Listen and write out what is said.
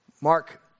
Mark